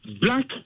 Black